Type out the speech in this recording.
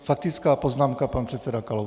Faktická poznámka, pan předseda Kalousek.